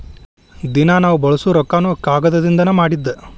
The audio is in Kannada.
ದಿನಾ ನಾವ ಬಳಸು ರೊಕ್ಕಾನು ಕಾಗದದಿಂದನ ಮಾಡಿದ್ದ